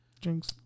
Jinx